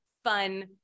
fun